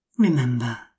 Remember